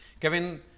Kevin